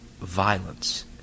violence